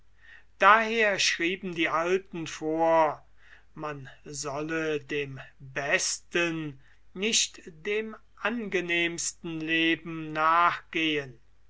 daher schrieben die alten vor man solle dem besten nicht dem angenehmsten leben nachgehen